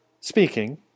speaking